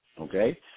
okay